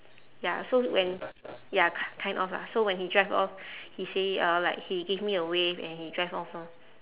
ya so when ya k~ kind of lah so when he drive off he say uh like he gave me a wave and he drive off lor